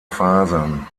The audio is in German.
fasern